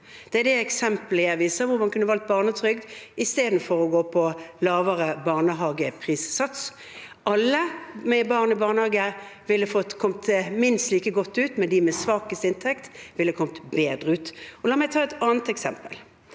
Det er det eksempelet jeg viste til, hvor man kunne valgt økt barnetrygd istedenfor å gå for en lavere sats på barnehageprisen. Alle med barn i barnehage ville kommet minst like godt ut, men de med svakest inntekt ville kommet bedre ut. La meg ta et annet eksempel: